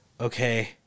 okay